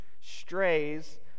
strays